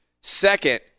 Second